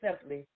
simply